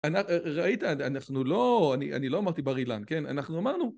ראית? אנחנו לא... אני לא אמרתי בר אילן, כן? אנחנו אמרנו.